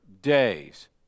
days